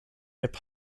hip